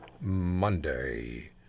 Monday